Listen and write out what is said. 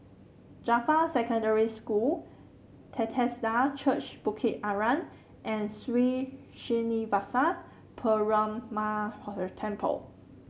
Jarfa Secondary School Bethesda Church Bukit Arang and Sri Srinivasa Perumal Temple